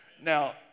Now